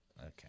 Okay